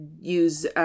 use